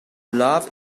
love